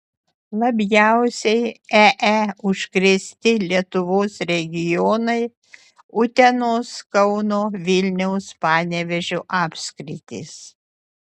labiausiai ee užkrėsti lietuvos regionai utenos kauno vilniaus panevėžio apskritys